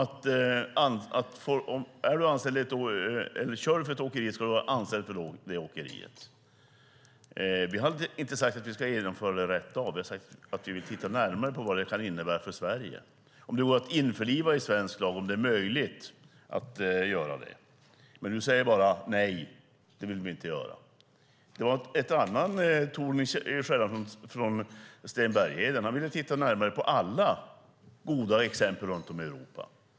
Den handlar om att du om du kör för ett åkeri ska vara anställd för det åkeriet. Vi har inte sagt att vi ska genomföra det rätt av, utan vi har sagt att vi vill titta närmare på vad det kan innebära för Sverige och om det går att införliva i svensk lag - om det är möjligt att göra det. Du säger dock bara: Nej, det vill vi inte göra. Det var annat ljud i skällan från Sten Bergheden; han ville titta närmare på alla goda exempel runt om i Europa.